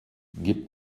gib